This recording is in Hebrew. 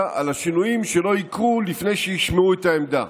על השינויים שלא יקרו לפני שישמעו את העמדה.